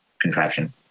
contraption